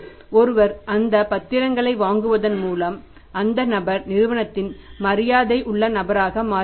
ஒருவர் அந்த பத்திரங்களை வாங்குவதன் மூலம் அந்த நபர் நிறுவனத்தின் மரியாதை உள்ள நபராக மாறுகிறார்